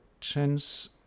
chance